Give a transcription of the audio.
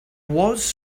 was